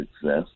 success